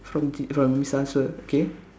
from t~ from his answer okay